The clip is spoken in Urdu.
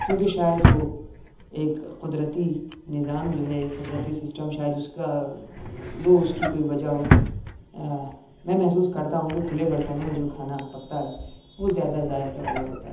کیونکہ شاید وہ ایک قدرتی نظام جو ہے قدرتی سسٹم شاید اس کا وہ اس کی کوئی وجہ ہو میں محسوس کرتا ہوں کہ کھلے برتنوں میں جو کھانا پکتا ہے وہ زیادہ ذائقہ والا ہوتا ہے